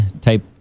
type